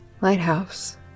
Lighthouse